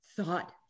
thought